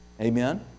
Amen